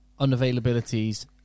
unavailabilities